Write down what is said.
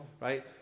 Right